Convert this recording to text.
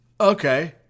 okay